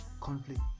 conflict